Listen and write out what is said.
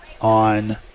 on